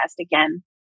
again